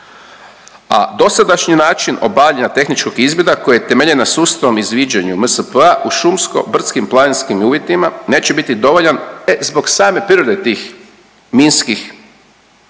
a dosadašnji način obavljanja tehničkog izvida koji je temeljen na sustavnom izviđanju MSP-a u šumsko brdskim planinskim uvjetima neće biti dovoljan, e zbog same prirode tih minskih i